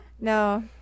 no